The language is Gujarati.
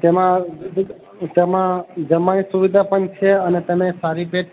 તેમાં તેમાં જમાય એ સુવિધા પણ છે અને તમે સારી રીતે